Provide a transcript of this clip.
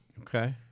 Okay